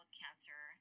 cancer